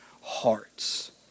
hearts